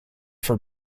for